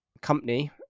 company